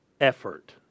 effort